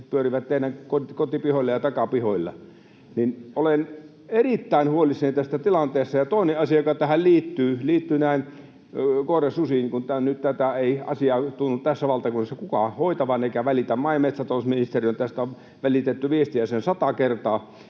ne pyörivät teidän kotipihoillanne ja takapihoillanne. Olen erittäin huolissani tästä tilanteesta. Toinen asia, joka tähän liittyy, liittyy näihin koirasusiin, kun nyt tätä asiaa ei tunnu tässä valtakunnassa kukaan hoitavan eikä siitä välittävän. Maa- ja metsätalousministeriöön on tästä välitetty viestiä sen sata kertaa.